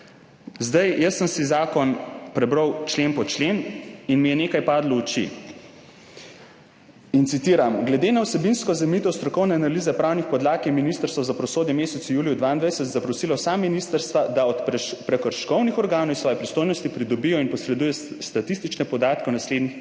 Jaz sem si zakon prebral člen po člen in mi je nekaj padlo v oči. Citiram: »Glede na vsebinsko zamejitev strokovne analize pravnih podlag je Ministrstvo za pravosodje v mesecu juliju 2022 zaprosilo vsa ministrstva, da od prekrškovnih organov iz svoje pristojnosti pridobijo in posredujejo statistične podatke o naslednjih